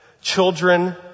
children